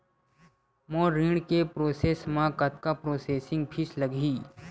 मोर ऋण के प्रोसेस म कतका प्रोसेसिंग फीस लगही?